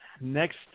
Next